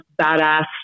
badass